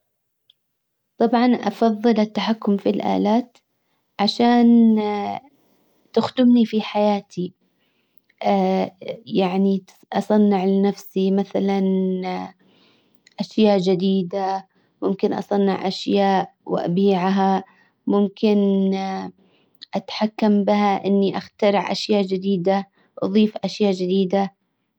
طبعا افضل التحكم في الالات عشان تخدمني في حياتي. يعني اصنع لنفسي مثلا اشياء جديدة. ممكن اصنع اشياء وابيعها. ممكن اتحكم بها اني اخترع اشياء جديدة اضيف اشياء جديدة.